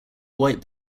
white